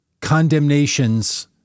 condemnations